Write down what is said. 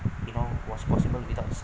you know was possible without science